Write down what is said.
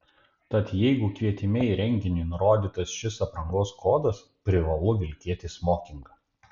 tad jeigu kvietime į renginį nurodytas šis aprangos kodas privalu vilkėti smokingą